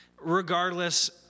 Regardless